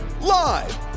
Live